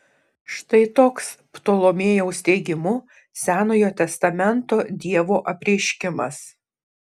štai toks ptolomėjaus teigimu senojo testamento dievo apreiškimas